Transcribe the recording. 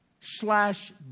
slash